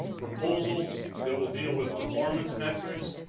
proposals that will deal with performance metrics.